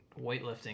weightlifting